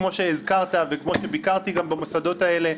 כמו שהזכרת וכמו שביקרתי גם במוסדות האלה,